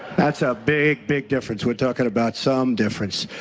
that's a big, big difference. we're talking about some difference.